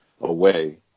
away